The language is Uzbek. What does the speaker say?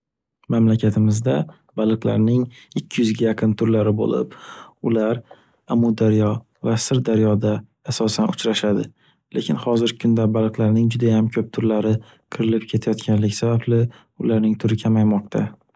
Mamlakatimizda baliqlarning ikki yuz ga yaqin turlari boʻlib, ular Amudaryo va Sirdaryoda asosan uchrashadi, lekin hozirgi kunda baliqlarning juda ham koʻp turlari kirilib ketayotganligi sababli ularning turi kamaymoqda.